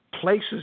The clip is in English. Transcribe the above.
places